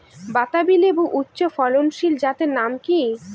বাতাবি লেবুর উচ্চ ফলনশীল জাতের নাম কি?